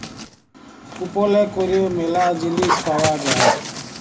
কুপলে ক্যরে ম্যালা জিলিস পাউয়া যায়